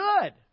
Good